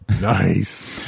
Nice